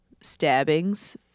stabbings